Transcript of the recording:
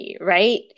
right